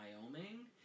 Wyoming